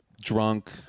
drunk